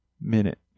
Minute